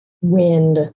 wind